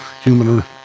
Human